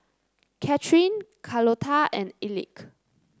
Kathryn Carlota and Elick